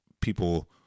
people